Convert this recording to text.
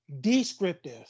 descriptive